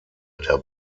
der